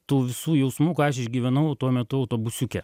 tų visų jausmų ką aš išgyvenau tuo metu autobusiuke